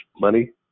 money